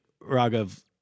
Raghav